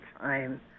time